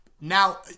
Now